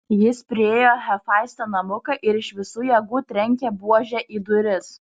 jis priėjo hefaisto namuką ir iš visų jėgų trenkė buože į duris